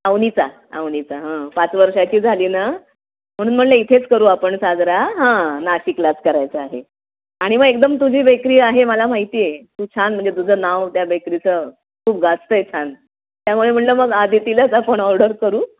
अवनीचा अवनीचा हं पाच वर्षाची झाली ना म्हणून म्हटलं इथेच करू आपण साजरा हां नाशिकलाच करायचा आहे आणि मग एकदम तुझी बेकरी आहे मला माहिती आहे तू छान म्हणजे तुझं नाव त्या बेकरीचं खूप गाजत आहे छान त्यामुळे म्हटलं मग अदितीलाच आपण ऑर्डर करू